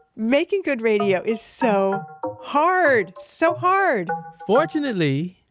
making good radio is so hard, so hard fortunately,